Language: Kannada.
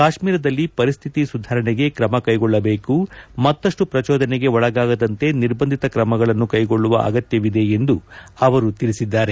ಕಾಶ್ಮೀರದಲ್ಲಿ ಪರಿಸ್ಥಿತಿ ಸುಧಾರಣೆಗೆ ಕ್ರಮ ಕೈಗೊಳ್ಳಬೇಕು ಮತ್ತಷ್ನು ಪ್ರಚೋದನೆಗೆ ಒಳಗಾಗದಂತೆ ನಿರ್ಬಂಧಿತ ಕ್ರಮಗಳನ್ನು ಕೈಗೊಳ್ಳುವ ಅಗತ್ಯವಿದೆ ಎಂದು ಅವರು ತಿಳಿಸಿದ್ದಾರೆ